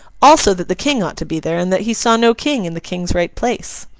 also, that the king ought to be there, and that he saw no king in the king's right place.